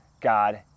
God